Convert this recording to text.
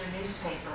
newspaper